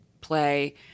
play